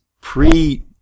pre